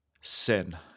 SIN